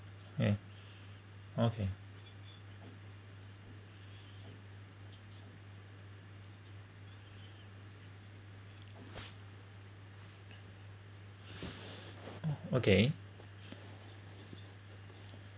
yeah okay okay